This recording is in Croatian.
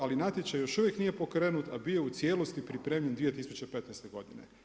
Ali natječaj još uvijek nije pokrenut, a bio je u cijelosti pripremljen u 2015. godine.